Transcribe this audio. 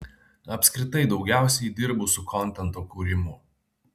apskritai daugiausiai dirbu su kontento kūrimu